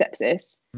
sepsis